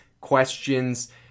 questions